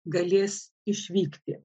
galės išvykti